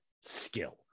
skill